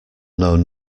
known